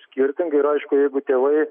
skirtinga ir aišku jeigu tėvai